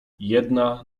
jedna